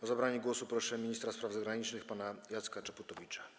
O zabranie głosu proszę ministra spraw zagranicznych pana Jacka Czaputowicza.